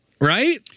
right